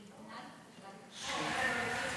שניתנה לו תעודת כשרות,